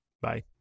Bye